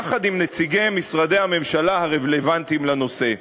יחד עם נציגי משרדי הממשלה הרלוונטיים לנושא.